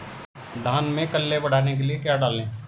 धान में कल्ले बढ़ाने के लिए क्या डालें?